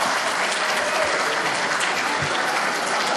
(מחיאות כפיים)